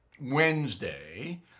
Wednesday